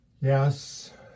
Yes